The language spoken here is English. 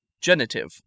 Genitive